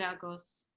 yeah girls.